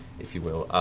if you will,